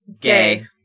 Gay